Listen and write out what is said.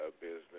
business